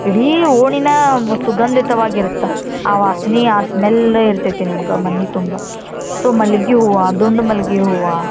ಇಡೀ ಓಣಿನೇ ಸುಗಂಧಿತವಾಗಿರತ್ತೆ ಆ ವಾಸನೆ ಆ ಸ್ಮೆಲ್ ಇರ್ತೈತಿ ನಿಮಗೆ ಮನೆ ತುಂಬ ಸೊ ಮಲ್ಗೆ ಹೂವಾ ದುಂಡು ಮಲ್ಗೆ ಹೂವು